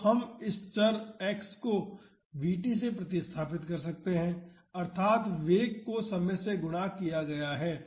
तो हम इस चर x को v t से प्रतिस्थापित कर सकते हैं अर्थात वेग को समय से गुणा किया गया है